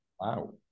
Wow